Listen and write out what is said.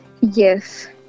Yes